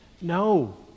No